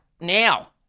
Now